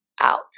out